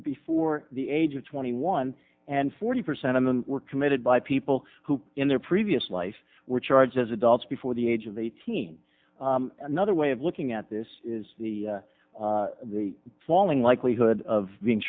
before the age of twenty one and forty percent of them were committed by people who in their previous life were charged as adults before the age of eighteen another way of looking at this is the falling likelihood of being